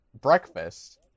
breakfast